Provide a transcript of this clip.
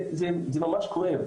זה ממש כואב,